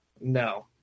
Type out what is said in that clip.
no